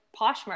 Poshmark